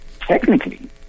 technically